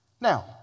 Now